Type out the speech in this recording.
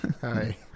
Hi